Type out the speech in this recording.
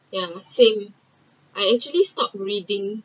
ya same I actually stop reading